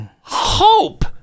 Hope